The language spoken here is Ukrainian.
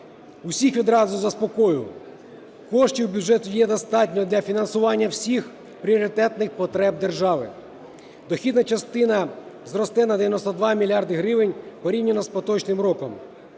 Усіх відразу заспокою: коштів у бюджеті є достатньо для фінансування всіх пріоритетних потреб держави. Дохідна частина зросте на 92 мільярди гривень порівняно з поточним роком.